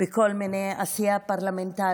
בכל מיני דרכים, בעשייה פרלמנטרית,